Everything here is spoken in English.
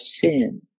sin